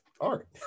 art